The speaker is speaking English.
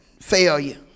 failure